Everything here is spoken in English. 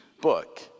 book